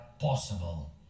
possible